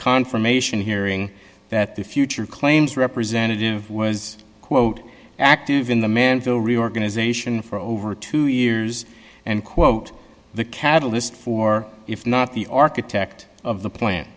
confirmation hearing that the future claims representative was quote active in the mantel reorganization for over two years and quote the catalyst for if not the architect of the plan